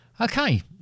Okay